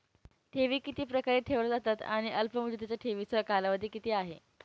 ठेवी किती प्रकारे ठेवल्या जातात आणि अल्पमुदतीच्या ठेवीचा कालावधी किती आहे?